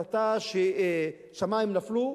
החלטה שהשמים נפלו,